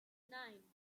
nine